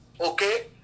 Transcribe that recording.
Okay